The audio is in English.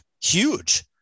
huge